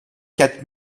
quatre